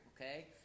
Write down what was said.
okay